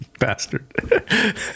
Bastard